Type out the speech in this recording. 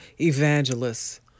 evangelists